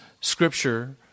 scripture